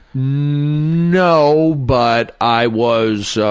no, but i was,